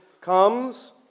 Comes